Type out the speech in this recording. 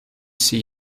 see